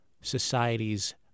society's